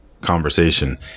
conversation